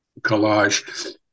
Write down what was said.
collage